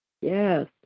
Yes